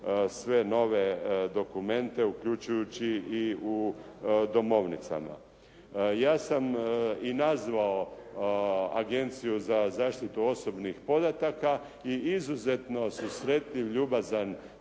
sve nove dokumente uključujući i u domovnicama. Ja sam i nazvao Agenciju za zaštitu osobnih podataka i izuzetno susretljiv, ljubazan